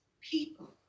people